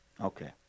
Okay